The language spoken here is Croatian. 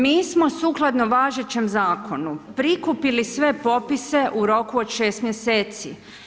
Mi smo sukladno važećem zakonu prikupili sve popise u roku od 6 mjeseci.